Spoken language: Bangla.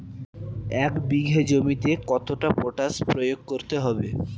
এক বিঘে জমিতে কতটা পটাশ প্রয়োগ করতে হবে?